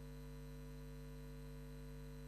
הישיבה ננעלה בשעה